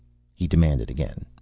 he demanded again.